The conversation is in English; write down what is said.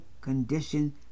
condition